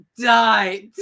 die